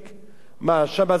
מה, שם זה פחות בעיה?